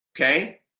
okay